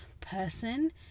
person